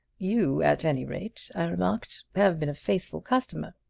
you, at any rate, i remarked, have been a faithful customer.